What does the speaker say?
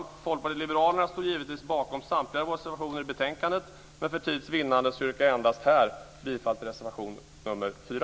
Vi i Folkpartiet liberalerna står givetvis bakom samtliga våra reservationer i betänkandet, men för tids vinnande yrkar jag bifall endast till reservation nr 4.